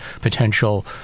potential